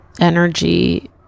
energy